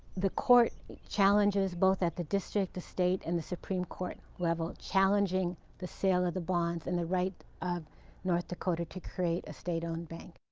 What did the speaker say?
the court challenges both at the district, the state, and the supreme court level challenging the sale of the bonds and the right of north dakota to create a state-owned bank.